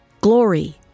Glory